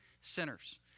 sinners